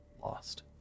lost